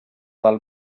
del